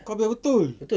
kau biar betul